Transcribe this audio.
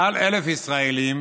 מעל 1,000 ישראלים